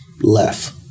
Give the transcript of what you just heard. left